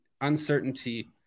uncertainty